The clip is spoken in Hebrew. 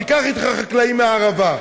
תיקח אתך חקלאי מהערבה.